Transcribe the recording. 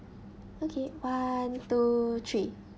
okay one two three